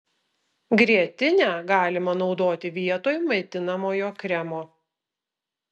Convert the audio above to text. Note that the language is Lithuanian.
grietinę galima naudoti vietoj maitinamojo kremo